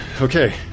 okay